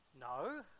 No